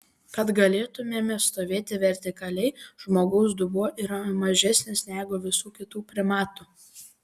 kad galėtumėme stovėti vertikaliai žmogaus dubuo yra mažesnis negu visų kitų primatų